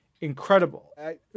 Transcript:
incredible